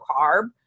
carb